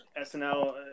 SNL